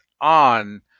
on